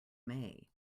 may